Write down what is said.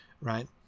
right